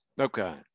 Okay